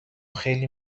خیلی